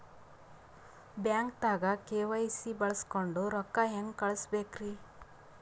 ಬ್ಯಾಂಕ್ದಾಗ ಕೆ.ವೈ.ಸಿ ಬಳಸ್ಕೊಂಡ್ ರೊಕ್ಕ ಹೆಂಗ್ ಕಳಸ್ ಬೇಕ್ರಿ?